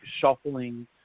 shuffling